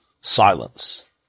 silence